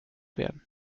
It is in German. werden